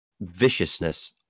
viciousness